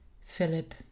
Philip